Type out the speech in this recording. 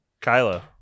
Kylo